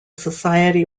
society